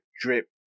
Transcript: drip